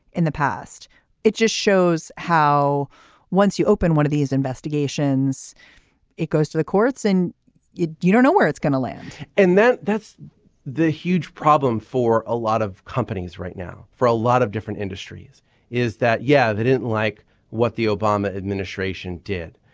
in the past it just shows how once you open one of these investigations it goes to the courts and you don't know where it's going to land and then that's the huge problem for a lot of companies right now for a lot of different industries is that yeah they didn't like what the obama administration did.